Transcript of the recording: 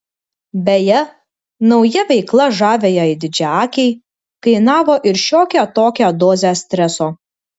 beje nauja veikla žaviajai didžiaakei kainavo ir šiokią tokią dozę streso